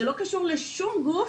שלא קשור לשום גוף,